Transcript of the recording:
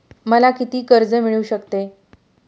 मला किती कर्ज मिळू शकते?